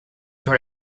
your